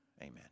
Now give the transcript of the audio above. Amen